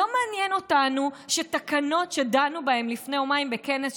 לא מעניין אותנו שתקנות שדנו בהן לפני יומיים בכנס,